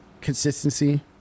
consistency